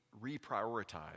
reprioritize